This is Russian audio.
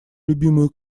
любимую